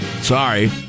sorry